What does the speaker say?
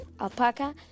alpaca